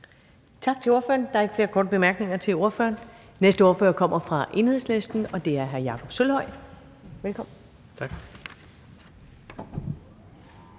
Tak til ordføreren. Der er ikke flere korte bemærkninger til ordføreren. Næste ordfører kommer fra Enhedslisten, og det er hr. Jakob Sølvhøj. Velkommen. Kl.